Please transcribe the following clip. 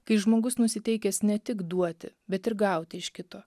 kai žmogus nusiteikęs ne tik duoti bet ir gauti iš kito